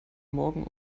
morgen